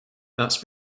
that’s